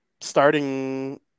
starting